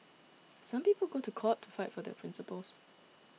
some people go to court to fight for their principles